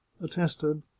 attested